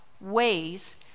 ways